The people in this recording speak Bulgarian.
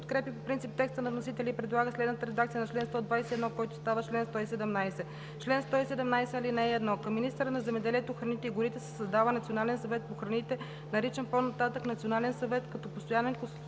подкрепя по принцип текста на вносителя и предлага следната редакция на чл. 121, който става чл. 117: „Чл. 117. (1) Към министъра на земеделието, храните и горите се създава Национален съвет по храните, наричан по-нататък „Национален съвет“, като постоянен